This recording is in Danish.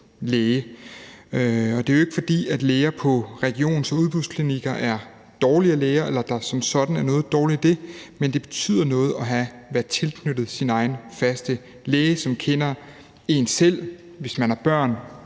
læge. Det er jo ikke, fordi læger på regionens udbudsklinikker er dårligere læger eller der som sådan er noget dårligt i det, men det betyder noget at være tilknyttet sin egen faste læge, som kender en, og hvis man har børn,